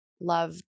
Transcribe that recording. love